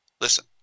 listen